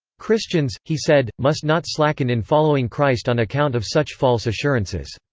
christians, he said, must not slacken in following christ on account of such false assurances.